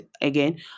again